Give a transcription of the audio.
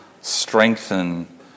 strengthen